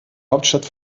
hauptstadt